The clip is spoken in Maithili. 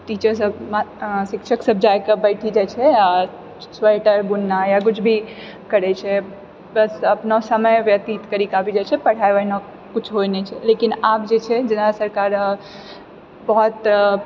टीचरसब शिक्षकसब जाइकऽ बैठ जाइ छै आओर स्वेटर बुननाइ या किछु भी करै छै बस अपना समय व्यतीत करिकऽ आबि जाइ छै पढ़ाइ ओहिना किछु होइ नहि छै लेकिन आब जे छै जेना सरकार बहुत